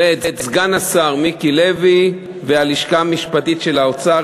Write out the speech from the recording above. ואת סגן השר מיקי לוי והלשכה המשפטית של האוצר,